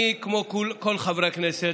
כמו כל חברי הכנסת,